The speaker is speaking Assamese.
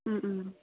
ও ও